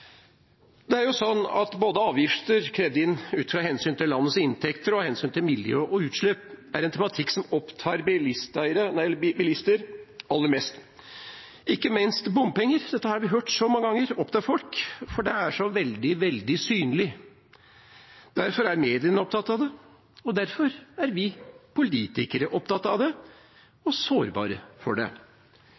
Både avgifter krevd inn ut fra hensynet til landets inntekter og ut fra hensynet til miljø og utslipp er en tematikk som opptar bilister aller mest. Ikke minst bompenger – dette har vi hørt så mange ganger – opptar folk, for det er så veldig, veldig synlig. Derfor er mediene opptatt av det, og derfor er vi politikere opptatt av det og sårbare for det.